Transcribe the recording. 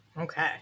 Okay